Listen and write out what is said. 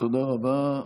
תודה רבה.